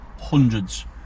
hundreds